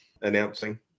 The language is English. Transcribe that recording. announcing